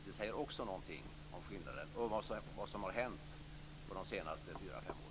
Det säger också någonting om skillnaden och om vad som har hänt på de senaste fyra fem åren.